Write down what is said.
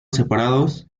separados